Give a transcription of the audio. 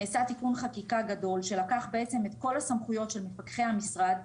נעשה תיקון חקיקה גדול שלקח בעצם את כל הסמכויות של מפקחי המשרד,